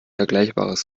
vergleichbares